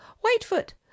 Whitefoot